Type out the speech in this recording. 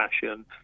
fashion